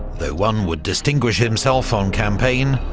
though one would distinguish himself on campaign,